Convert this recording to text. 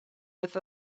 with